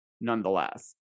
nonetheless